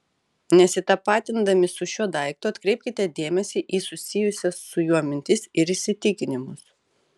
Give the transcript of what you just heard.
nesitapatindami su šiuo daiktu atkreipkite dėmesį į susijusias su juo mintis ir įsitikinimus